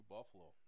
Buffalo